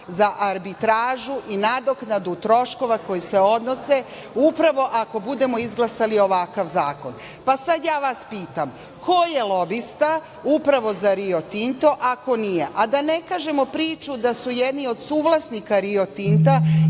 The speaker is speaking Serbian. za arbitražu i nadoknadu troškova koji se odnose upravo ako budemo izglasali ovakav zakon. Sada ja vas pitam - ko je lobista upravo za Rio Tinto, ako nije, a da ne kažemo priču da su jedni od suvlasnika „Rio Tinta“